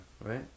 right